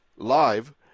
live